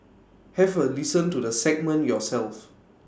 have A listen to the segment yourself